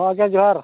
ᱦᱮᱸ ᱜᱚᱢᱠᱮ ᱡᱚᱦᱟᱨ